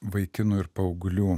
vaikinų ir paauglių